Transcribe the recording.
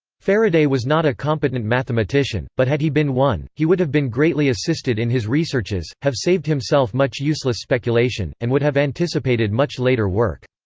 faraday was not a competent mathematician, but had he been one, he would have been greatly assisted in his researches, have saved himself much useless speculation, and would have anticipated much later work.